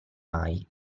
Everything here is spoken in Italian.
mai